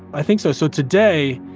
i think so. so today,